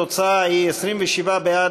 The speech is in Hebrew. התוצאה היא 27 בעד,